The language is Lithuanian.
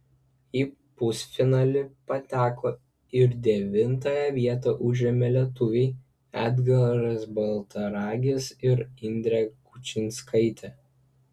į pusfinalį pateko ir devintąją vietą užėmė lietuviai edgaras baltaragis ir indrė kučinskaitė